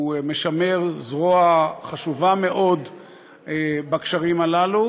הוא משמר זרוע חשובה מאוד בקשרים הללו,